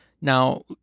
Now